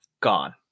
gone